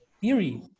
theory